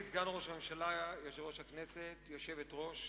יושב-ראש הכנסת, היושבת-ראש,